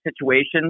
situations